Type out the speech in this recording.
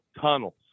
tunnels